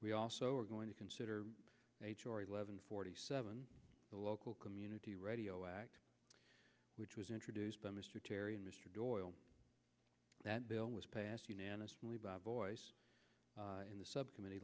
we also are going to consider h r eleven forty seven the local community radio act which was introduced by mr terry and mr doyle that bill was passed unanimously by voice in the subcommittee